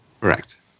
Correct